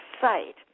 site